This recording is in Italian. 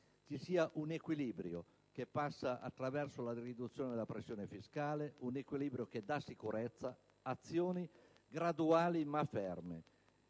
ci sia un equilibrio che passa attraverso la riduzione della pressione fiscale e che dà sicurezza: azioni graduali, ma ferme.